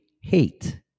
hate